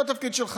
גם לא התפקיד שלך,